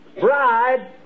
bride